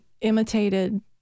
imitated